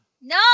No